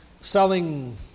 selling